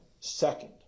second